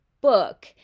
book